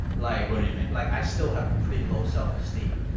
like. what do you mean. like, i still have pretty low self-esteem.